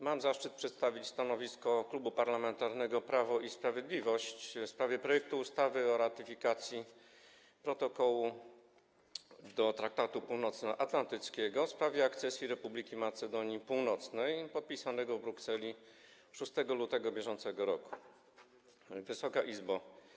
Mam zaszczyt przedstawić stanowisko Klubu Parlamentarnego Prawo i Sprawiedliwość w sprawie projektu ustawy o ratyfikacji Protokołu do Traktatu Północnoatlantyckiego w sprawie akcesji Republiki Macedonii Północnej, podpisanego w Brukseli 6 lutego 2019 r. Wysoka Izbo!